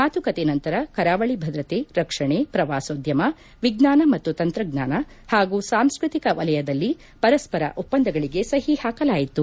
ಮಾತುಕತೆ ನಂತರ ಕರಾವಳಿ ಭದ್ರತೆ ರಕ್ಷಣೆ ಪ್ರವಾಸೋದ್ಯಮ ವಿಜ್ಞಾನ ಮತ್ತು ತಂತ್ರಜ್ಞಾನ ಪಾಗೂ ಸಾಂಸ್ಕೃತಿಕ ವಲಯದಲ್ಲಿ ಪರಸ್ಪರ ಒಪ್ಪಂದಗಳಿಗೆ ಸಹಿ ಹಾಕಲಾಯಿತು